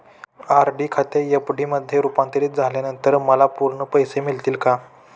RD खाते FD मध्ये रुपांतरित झाल्यानंतर मला पूर्ण पैसे मिळतील का?